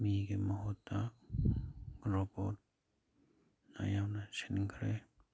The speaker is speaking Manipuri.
ꯃꯤꯒꯤ ꯃꯍꯨꯠꯇ ꯔꯣꯕꯣꯠꯅ ꯌꯥꯝꯅ ꯁꯤꯟꯈ꯭ꯔꯦ